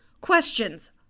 questions